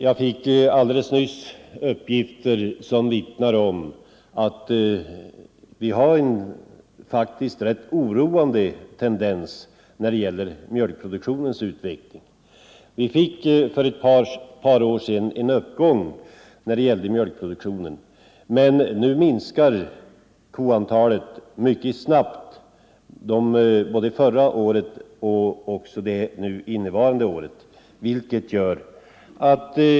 Jag fick alldeles nyss uppgifter som vittnar om en oroande tendens när det gäller mjölkproduktionens utveckling. Vi hade för ett par år sedan en uppgång i mjölkproduktionen, men både förra året och i år har antalet kor minskat mycket snabbt.